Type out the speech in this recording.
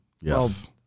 Yes